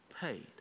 paid